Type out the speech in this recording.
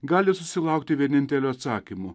gali susilaukti vienintelio atsakymo